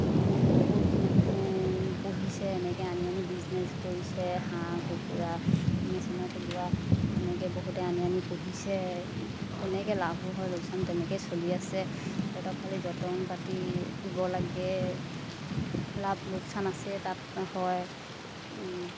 বহুত মানুহে পুহিছে এনেকৈ আনি আনি বিজনেছ কৰিছে হাঁহ কুকুৰা মেচিনত ওলোৱা তেনেকৈ বহুতে আনি আনি পুহিছে তেনেকৈ লাভো হয় লোকচান তেনেকৈ চলি আছে তাহাঁতক খালী যতন পাতি দিব লাগে লাভ লোকচান আছে তাত হয়